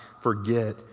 forget